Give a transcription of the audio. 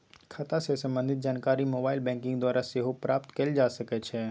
खता से संबंधित जानकारी मोबाइल बैंकिंग द्वारा सेहो प्राप्त कएल जा सकइ छै